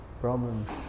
problems